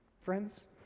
friends